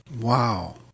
Wow